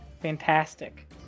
Fantastic